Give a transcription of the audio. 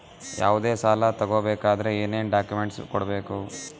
ಯಾವುದೇ ಸಾಲ ತಗೊ ಬೇಕಾದ್ರೆ ಏನೇನ್ ಡಾಕ್ಯೂಮೆಂಟ್ಸ್ ಕೊಡಬೇಕು?